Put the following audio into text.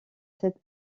cette